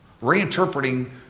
reinterpreting